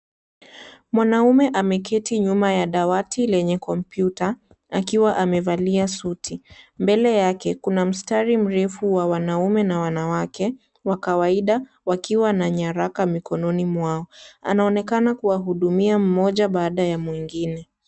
Mwanaume ameketi nyuma ya dawati lenye kompyuta akiwa amevalia suti. Mbele yake, kuna mstari mrifu wa wanaume na wanawake, wakawaida wakiwa na nyaraka mikononi mwao. Anaonekana kuwa hudumia mmoja baada ya mwingine.